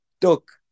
took